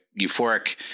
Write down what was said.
euphoric